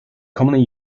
commonly